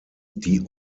die